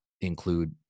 include